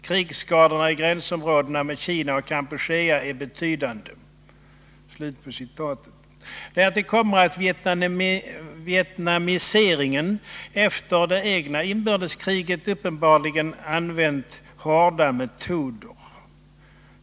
Krigsskadorna i gränsområdena med Kina och Kampuchea är betydande.” Därtill kommer att man i ”vietnamiseringen” efter det egna inbördeskriget uppenbarligen använt hårda metoder.